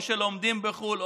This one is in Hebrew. או שלומדים בחו"ל,